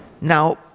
Now